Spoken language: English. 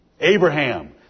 Abraham